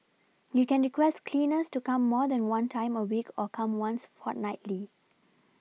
you can request cleaners to come more than one time a week or come once fortnightly